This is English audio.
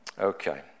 Okay